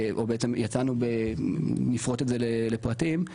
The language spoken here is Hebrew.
נפרוט את זה לפרטים,